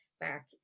back